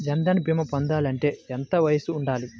జన్ధన్ భీమా పొందాలి అంటే ఎంత వయసు ఉండాలి?